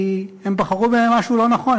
כי הם בחרו במשהו לא נכון,